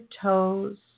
toes